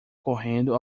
correndo